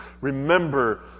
Remember